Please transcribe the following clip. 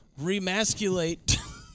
Remasculate